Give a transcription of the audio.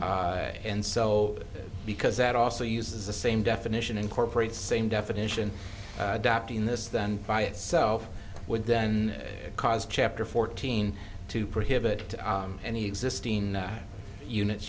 uses and so because that also uses the same definition incorporate same definition in this then by itself would then cause chapter fourteen to prohibit any existing units